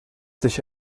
sich